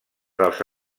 dels